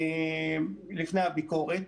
לפני הביקורת,